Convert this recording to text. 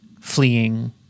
fleeing